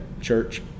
church